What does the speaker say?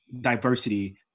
diversity